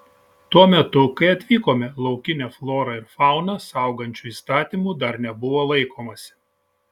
tuo metu kai atvykome laukinę florą ir fauną saugančių įstatymų dar nebuvo laikomasi